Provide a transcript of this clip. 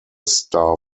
star